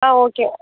ஆ okay